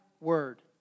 word